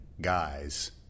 guys